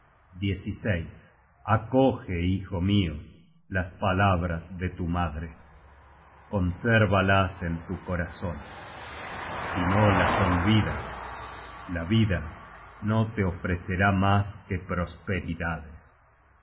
esto acoge hijo mió las palabras de tu madre consérvalas en tu corazon si no las olvidas la vida no te ofrecerá mas que prosperidades